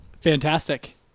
Fantastic